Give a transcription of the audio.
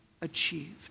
achieved